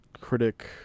critic